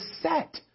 set